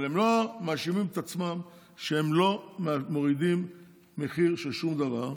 אבל הם לא מאשימים את עצמם על שהם לא מורידים מחיר של שום דבר,